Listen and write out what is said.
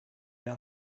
now